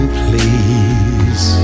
please